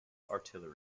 artillery